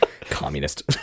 Communist